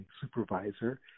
supervisor